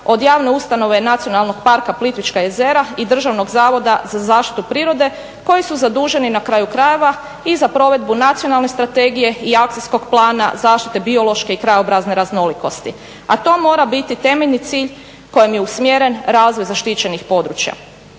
od javne ustanove Nacionalnog parka Plitvička jezera i Državnog zavoda za zaštitu prirode koji su zaduženi na kraju krajeva i za provedbu nacionalne strategije i Akcijskog plana zaštite biološke i krajobrazne raznolikosti a to mora biti temeljni cilj kojem je usmjeren razvoj zaštićenih područja.